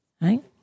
right